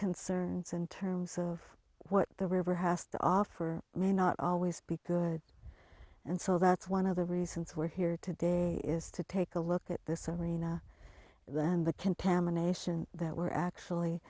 concerns in terms of what the river has to offer may not always be good and so that's one of the reasons we're here today is to take a look at this arena than the contamination that we're actually